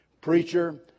Preacher